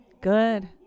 Good